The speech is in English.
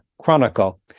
Chronicle